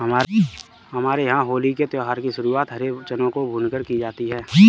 हमारे यहां होली के त्यौहार की शुरुआत हरे चनों को भूनकर की जाती है